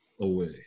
away